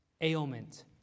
ailment